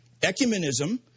ecumenism